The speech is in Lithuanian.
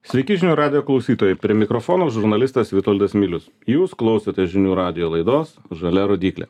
sveiki žinių radijo klausytojai prie mikrofono žurnalistas vitoldas milius jūs klausote žinių radijo laidos žalia rodyklė